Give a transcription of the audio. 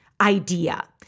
idea